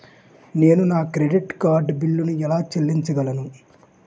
నేను నా credit card బిల్లును ఎలా చెల్లించగలను?